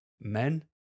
men